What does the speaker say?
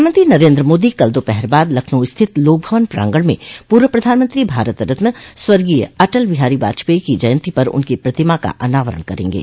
प्रधानमंत्री नरेन्द्र मोदी कल दोपहर बाद लखनऊ स्थित लोकभवन प्रांगण में पूर्व प्रधानमंत्री भारत रत्न स्वर्गीय अटल बिहारी वाजपेयी की जयंती पर उनकी प्रतिमा का अनावरण करेंगे